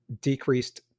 decreased